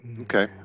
Okay